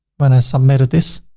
when i submit this